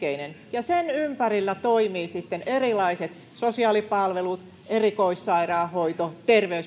ja sen ympärillä toimivat sitten erilaiset sosiaalipalvelut erikoissairaanhoito